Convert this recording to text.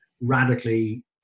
radically